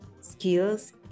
skills